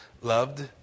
loved